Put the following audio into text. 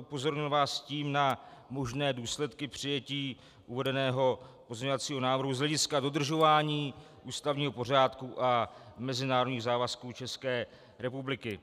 upozornil vás tím na možné důsledky přijetí uvedeného pozměňovacího návrhu z hlediska dodržování ústavního pořádku a mezinárodních závazků České republiky.